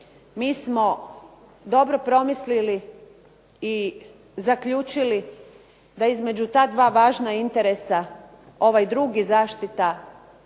mi smo dobro promislili i zaključili da između ta dva interesa ovaj drugi zaštita